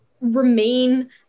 remain